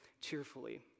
cheerfully